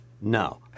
no